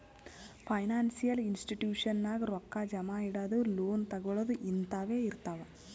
financial institution ನಾಗ್ ರೊಕ್ಕಾ ಜಮಾ ಇಡದು, ಲೋನ್ ತಗೋಳದ್ ಹಿಂತಾವೆ ಇರ್ತಾವ್